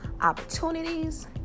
opportunities